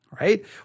right